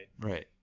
Right